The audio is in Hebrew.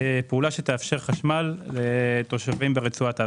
פעולה שתאפשר חשמל לתושבים ברצועת עזה.